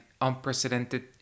unprecedented